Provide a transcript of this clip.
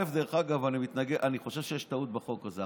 אני חושב שיש טעות בחוק הזה.